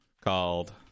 called